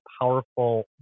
powerful